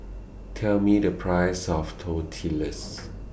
Tell Me The Price of Tortillas